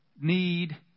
Need